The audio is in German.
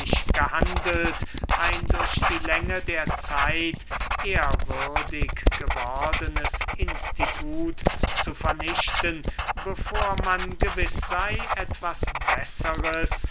gehandelt ein durch die länge der zeit ehrwürdig gewordenes institut zu vernichten bevor man gewiß sey etwas besseres